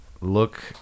look